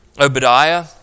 Obadiah